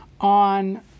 on